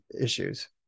issues